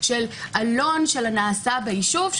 של עלון של הנעשה ביישוב,